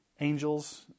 angels